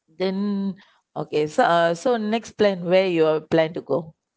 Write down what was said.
then okay so uh so next plan where you're plan to go